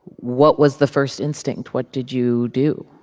what was the first instinct? what did you do?